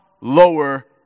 lower